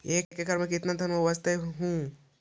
एक एकड़ मे कितना धनमा उपजा हू?